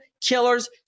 killer's